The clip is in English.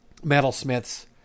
metalsmiths